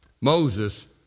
Moses